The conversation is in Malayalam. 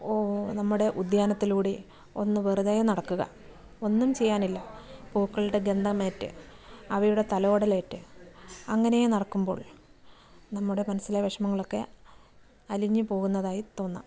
ഓ നമ്മുടെ ഉദ്യാനത്തിലൂടെ ഒന്ന് വെറുതെ നടക്കുക ഒന്നും ചെയ്യാനില്ല പൂക്കളുടെ ഗന്ധമേറ്റ് അവയുടെ തലോടലേറ്റ് അങ്ങനെ നടക്കുമ്പോൾ നമ്മുടെ മനസ്സിലെ വിഷമങ്ങളൊക്കെ അലിഞ്ഞ് പോകുന്നതായി തോന്നാം